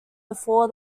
before